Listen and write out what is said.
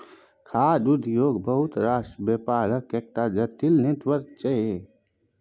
खाद्य उद्योग बहुत रास बेपारक एकटा जटिल नेटवर्क छै